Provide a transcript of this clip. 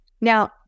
Now